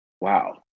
Wow